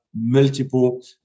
multiple